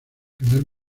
primer